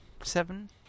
seven